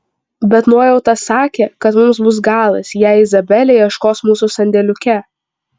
bet nuojauta sakė kad mums bus galas jei izabelė ieškos mūsų sandėliuke